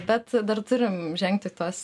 bet dar turim žengti tuos